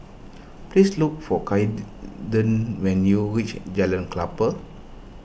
please look for Kaiden when you reach Jalan Klapa